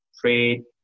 trade